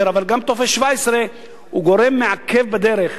אבל גם טופס 17 הוא גורם מעכב בדרך,